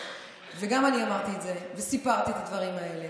גם אני אמרתי את זה, וסיפרתי את הדברים האלה.